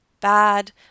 bad